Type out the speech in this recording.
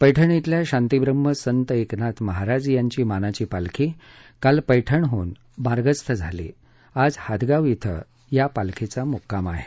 पैठण अल्या शांतीव्रम्ह संत एकनाथ महाराज यांची मानाची पालखी काल पैठणहून मार्गस्थ झाली असून आज हदगाव क्रिं या पालखीचा मुक्काम आहे